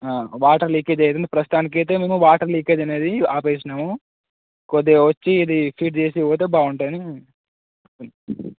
water leakage అయితుంది ప్రస్తుతానికి అయితే మేము వాటర్ లీకేజ్ అనేది ఆపినాము కొద్దిగా వచ్చి ఇది ఫిట్ చేసి పోతే బాగుంటుంది అని